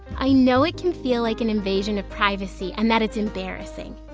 i know it can feel like an invasion of privacy and that it's embarrassing.